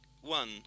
one